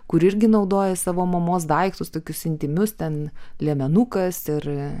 kuri irgi naudoji savo mamos daiktus tokius intymius ten liemenukas ir